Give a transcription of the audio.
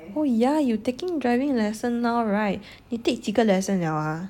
oh yeah you taking driving lesson now right 你 take 几个 lesson liao ah